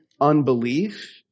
unbelief